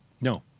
No